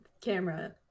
camera